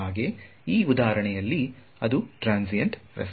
ಈ ಉದಾಹರಣೆಯಲ್ಲಿ ಅದು ಟ್ರಾನ್ಸಿಯಂಟ್ ರೇಸ್ಪೋನ್ಸ್